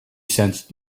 sensed